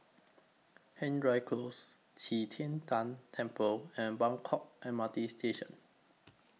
Hendry Close Qi Tian Tan Temple and Buangkok M R T Station